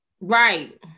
Right